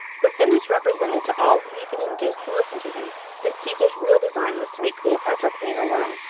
pothinus represented to all whom he could induce to listen to him that caesar's real design was to make cleopatra queen alone,